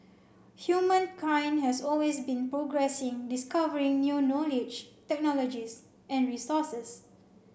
humankind has always been progressing discovering new knowledge technologies and resources